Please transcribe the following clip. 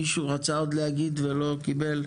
מישהו רצה עוד להגיד משהו ולא קיבל?